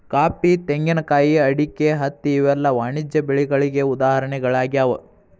coffee, ತೆಂಗಿನಕಾಯಿ, ಅಡಿಕೆ, ಹತ್ತಿ ಇವೆಲ್ಲ ವಾಣಿಜ್ಯ ಬೆಳೆಗಳಿಗೆ ಉದಾಹರಣೆಗಳಾಗ್ಯಾವ